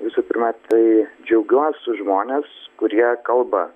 visų pirma tai džiaugiuos už žmones kurie kalba